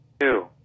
Two